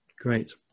Great